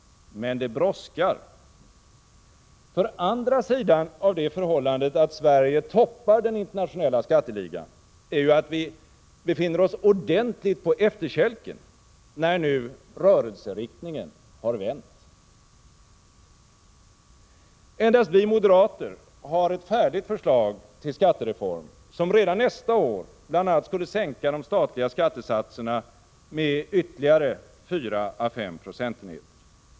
Men det brådskar. Andra sidan av det förhållandet att Sverige toppar den internationella skatteligan är ju att vi befinner oss ordentligt på efterkälken när nu rörelseriktningen har vänt. Endast vi moderater har ett färdigt förslag till skattereform, som redan nästa år bl.a. skulle sänka de statliga skattesatserna med ytterligare 4-5 procentenheter.